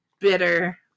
bitter